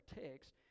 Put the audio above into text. text